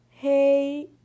Hey